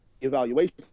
Evaluation